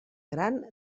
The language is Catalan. gran